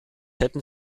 hätten